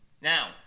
Now